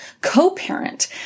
co-parent